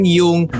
yung